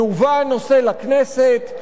יובא הנושא לכנסת,